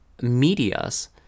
medias